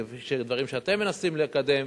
כפי שיש דברים שאתם מנסים לקדם,